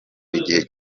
igihe